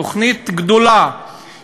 תוכנית גדולה,